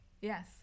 Yes